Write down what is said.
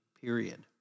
period